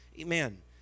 Amen